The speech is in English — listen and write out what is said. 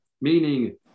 meaning